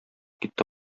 китте